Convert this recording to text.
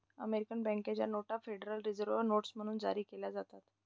American बँकेच्या नोटा federal reserve notes म्हणून जारी केल्या जातात